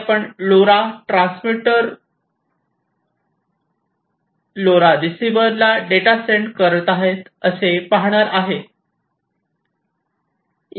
आणि आपण LoRa transmitter LoRa receiver ला डेटा सेंड करत आहे असे पाहणार आहे